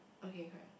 okay correct